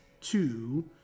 two